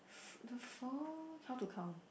f~ the how to count